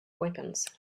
weapons